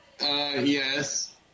yes